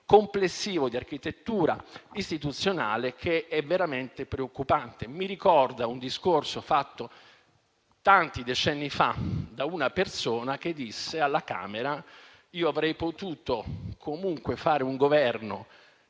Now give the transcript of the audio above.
complessivo di architettura istituzionale che è veramente preoccupante. Mi ricorda un discorso, fatto tanti decenni fa, da una persona che disse alla Camera: io avrei potuto comunque fare un Governo senza